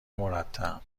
مرتب